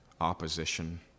opposition